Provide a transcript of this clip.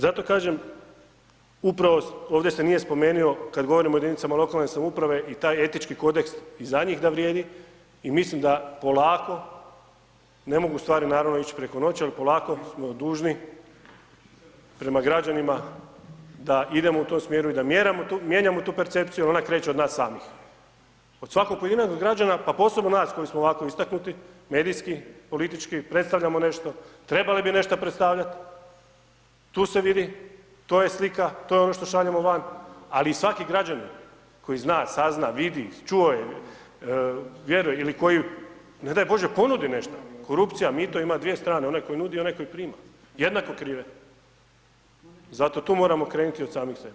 Zato kažem upravo ovdje se nije spomenio kad govorimo o jedinicama lokalne samouprave i taj etički kodeks i za njih da vrijedi i mislim da polako ne mogu stvari naravno ići preko noći, ali polako mi smo dužni prema građanima da idemo u tom smjeru i da mijenjamo tu percepciju jer ona kreće od nas samih, od svakog pojedinačnog građana pa posebno nas koji smo ovako istaknuti medijski, politički, predstavljamo nešto, trebali nešto predstavljat, tu se vidi, to je slika, to je ono što šaljemo van, ali i svaki građanin koji zna, sazna, vidi, čuo je, vjeruje ili koji ne daj bože ponudi nešto, korupcija mito ima dvije strane, onaj koji nudi i onaj koji prima, jednako krive, zato tu moramo krenuti od samih sebe.